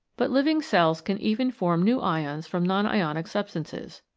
but living cells can even form new ions from non-ionic substances.